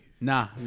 Nah